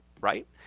right